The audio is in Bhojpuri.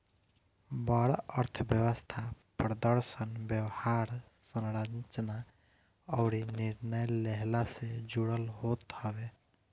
बड़ अर्थव्यवस्था प्रदर्शन, व्यवहार, संरचना अउरी निर्णय लेहला से जुड़ल होत हवे